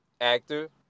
actor